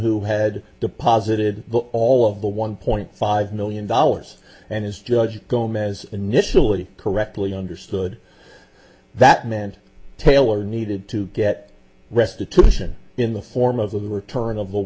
who had deposited all of the one point five million dollars and his judge gomez initially correctly understood that meant taylor needed to get restitution in the form of them or turn of a